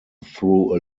through